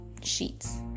sheets